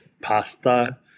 pasta